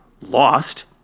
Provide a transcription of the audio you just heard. lost